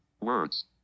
Words